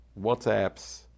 WhatsApps